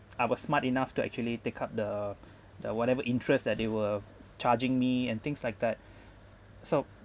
smart enough to actually take up the the whatever interest that they were charging me and things like that so